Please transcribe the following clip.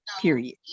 Period